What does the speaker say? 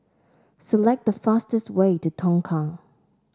select the fastest way to Tongkang